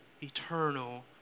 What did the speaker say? eternal